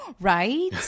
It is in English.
right